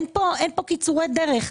אין פה קיצורי דרך.